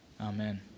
Amen